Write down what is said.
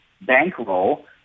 bankroll